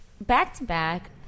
back-to-back